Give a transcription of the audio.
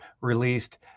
released